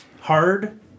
hard